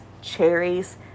cherries